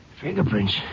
Fingerprints